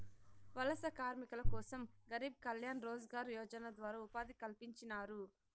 వలస కార్మికుల కోసం గరీబ్ కళ్యాణ్ రోజ్గార్ యోజన ద్వారా ఉపాధి కల్పించినారు